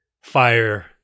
fire